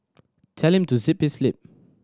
telling to zip his lip